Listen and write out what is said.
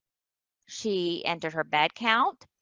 she entered her bed count.